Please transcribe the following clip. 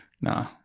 Nah